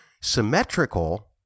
symmetrical